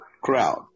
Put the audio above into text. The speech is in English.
crowd